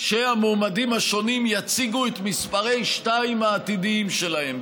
שהמועמדים השונים יציגו את מספרי שתיים העתידיים שלהם,